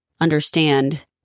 understand